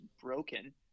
broken